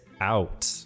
out